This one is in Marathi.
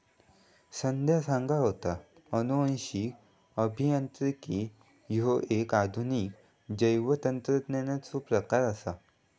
संध्या सांगा होता, अनुवांशिक अभियांत्रिकी ह्यो एक आधुनिक जैवतंत्रज्ञानाचो प्रकार आसा